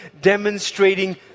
demonstrating